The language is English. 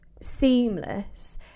seamless